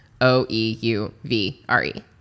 O-E-U-V-R-E